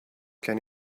can